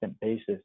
basis